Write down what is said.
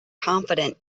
confident